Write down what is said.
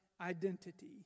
identity